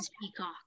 Peacock